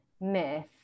myth